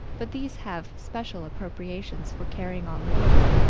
but these have special appropriations for carrying on the work.